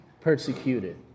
persecuted